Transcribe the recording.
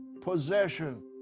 possession